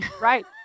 Right